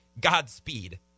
Godspeed